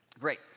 Great